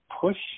push